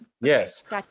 Yes